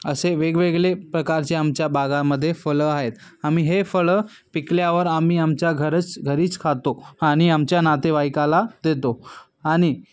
असे वेगवेगळे प्रकारचे आमच्या बागेमध्ये फळं आहे आम्ही हे फळं पिकल्यावर आम्ही आमच्या घरच घरीच खातो आणि आमच्या नातेवाईकाला देतो आणि